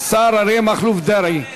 השר אריה מכלוף דרעי.